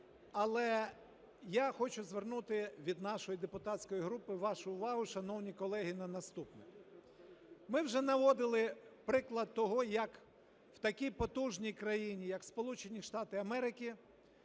Але я хочу звернути від нашої депутатської групи вашу увагу, шановні колеги, на наступне. Ми вже наводили приклад того, як в такій потужній країні, як Сполучені Штати Америки,